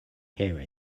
hear